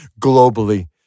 globally